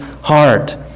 heart